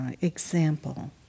example